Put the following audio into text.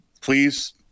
please